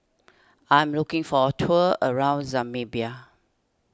I'm looking for a tour around Namibia